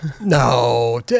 No